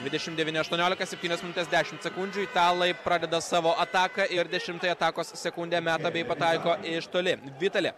dvidešimt devyni aštuoniolika septynios minutės dešimt sekundžių italai pradeda savo ataką ir dešimtąją atakos sekundę meta bei pataiko iš toli vitali